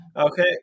Okay